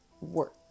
work